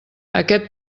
aquest